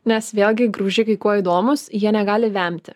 nes vėlgi graužikai kuo įdomūs jie negali vemti